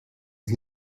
ist